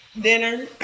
dinner